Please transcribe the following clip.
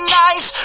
nice